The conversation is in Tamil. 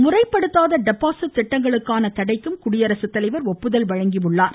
முறைப்படுத்தாத டெபாசிட் மேலும் திட்டங்களுக்கான தடைக்கும் குடியரசுத்தலைவர் ஒப்புதல் வழங்கியுள்ளார்